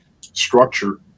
structure